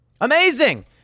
Amazing